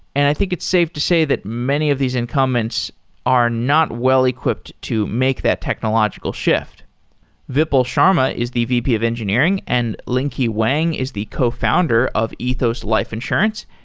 and i think it's safe to say that many of these incumbents are not well-equipped to make that technological shift vipul sharma is the vp of engineering and lingke wang is the co-founder of ethos life insurance.